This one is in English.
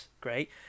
great